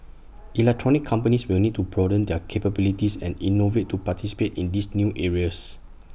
electronics companies will need to broaden their capabilities and innovate to participate in these new areas